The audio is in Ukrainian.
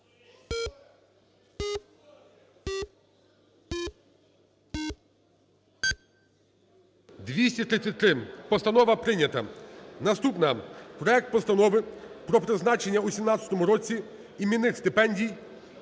233. Постанова прийнята. Наступна. Проект Постанови про призначення у 2017 році іменних стипендій